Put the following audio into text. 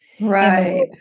Right